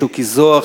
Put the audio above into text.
שוקי זוהר,